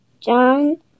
John